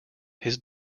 his